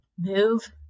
move